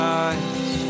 eyes